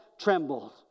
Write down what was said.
trembled